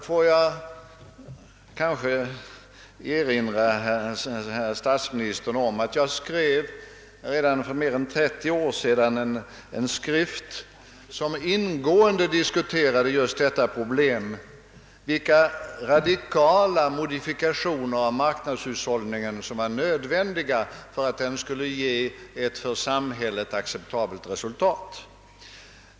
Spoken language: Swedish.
Då vill jag erinra statsministern om att jag redan för mer än 30 år sedan författade en skrift, i vilken jag ingående diskuterade problemet vilka radikala modifikationer av marknadshushållningen som var nödvändiga för att den skulle ge ett för samhället acceptabelt resultat.